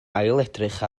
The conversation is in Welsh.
ailedrych